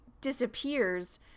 disappears